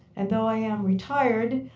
and though i am retired,